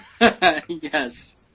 Yes